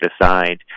decide